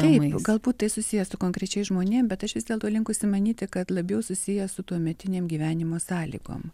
taip galbūt tai susiję su konkrečiais žmonėm bet aš vis dėlto linkusi manyti kad labiau susiję su tuometinėm gyvenimo sąlygom